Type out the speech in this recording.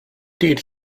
did